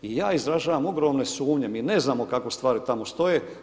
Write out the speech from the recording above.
I ja izražavam ogromne sumnje, mi ne znamo kako stvari tamo stoje.